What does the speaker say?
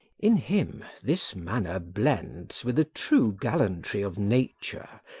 in him this manner blends with a true gallantry of nature,